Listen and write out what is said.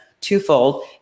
twofold